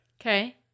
okay